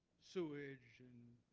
sewage and